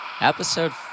Episode